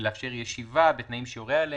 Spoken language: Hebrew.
לאפשר ישיבה בתנאים שיורה עליהם.